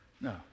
No